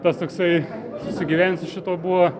tas toksai susigyvent su šituo buvo